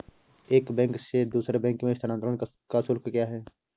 एक बैंक से दूसरे बैंक में स्थानांतरण का शुल्क क्या है?